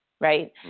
right